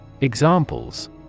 Examples